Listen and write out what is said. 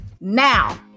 now